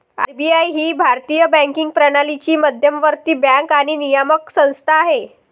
RBI ही भारतीय banking प्रणालीची मध्यवर्ती बँक आणि नियामक संस्था आहे